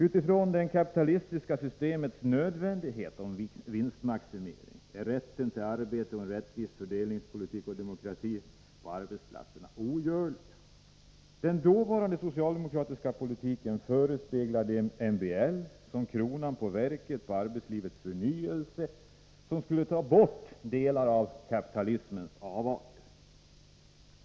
Utifrån det kapitalistiska systemets nödvändiga behov av vinstmaximering är rätten till arbete, en rättvis fördelningspolitik och demokrati på arbetsplatserna någonting ogörligt. I den dåvarande socialdemokratiska politiken förespeglades att MBL skulle utgöra kronan på verket i arbetslivets förnyelse och skulle ta bort delar av kapitalismens avarter.